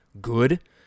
good